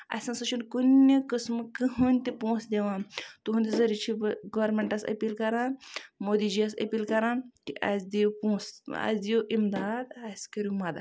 اَسہِ نسا چھُنہٕ کُنہِ قٔسمُک کٔہٕنۍ تہِ پوٛنسہٕ دِوان تُہُندِ ذریعہِ چھُ بہٕ گورمینٹَس أپیٖل کران مودی جِیَس أپیٖل کران کہِ اَسہِ دِیو پوٛنسہٕ اَسہِ دِیو اِمداد تہٕ اَسہِ کٔرِو مَدد